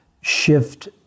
shift